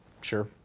Sure